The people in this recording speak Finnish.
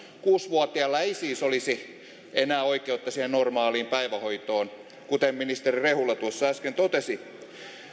kuusi vuotiaalla ei siis olisi enää oikeutta siihen normaaliin päivähoitoon kuten ministeri rehula tuossa äsken totesi